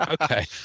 Okay